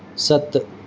सत